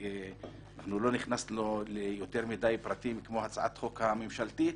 עוד לא נכנסנו ליותר מדי פרטים כמו הצעת החוק הממשלתית.